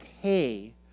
pay